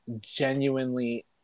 genuinely